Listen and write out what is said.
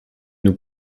nous